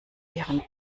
ihren